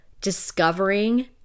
discovering